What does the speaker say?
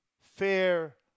fair